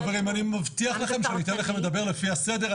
אני מבטיח לכם שאני אתן לכם לדבר לפי הסדר.